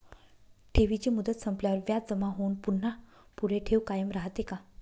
ठेवीची मुदत संपल्यावर व्याज जमा होऊन पुन्हा पुढे ठेव कायम राहते का?